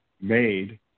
made